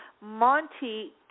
Monty